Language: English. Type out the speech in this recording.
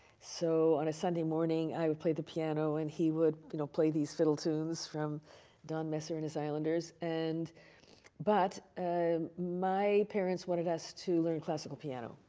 so, on a sunday morning, i played the piano, and he would, you know, play these fiddle tunes from don messer and his islanders. and but ah my parents wanted us to learn classical piano.